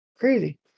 Crazy